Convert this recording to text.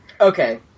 okay